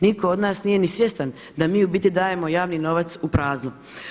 Nitko od nas nije ni svjestan da mi u biti dajemo javni novac u prazno.